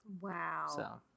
Wow